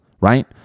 right